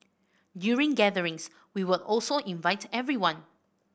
during gatherings we would also invite everyone